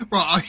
Right